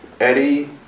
Eddie